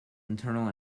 internal